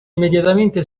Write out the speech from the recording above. immediatamente